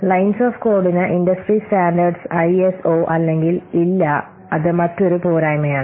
lines of കോഡിനു industry standard ISO അല്ലെങ്കിൽ ഇല്ല അത് മറ്റൊരു പോരായ്മയാണ്